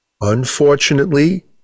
Unfortunately